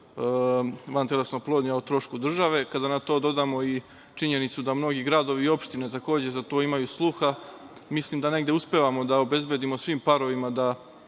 vantelesna oplodnja o trošku države, kada na to dodamo i činjenicu da mnogi gradovi i opštine takođe za to imaju sluha, mislim da negde uspevamo da obezbedimo svim parovima da